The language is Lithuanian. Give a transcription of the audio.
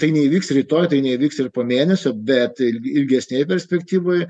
tai neįvyks rytoj tai neįvyks ir po mėnesio bet ilgesnėj perspektyvoj